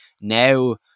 now